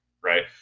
Right